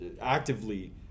actively